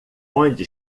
onde